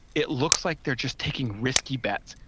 it looks like they're just taking risky bets.